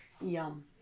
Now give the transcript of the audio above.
Yum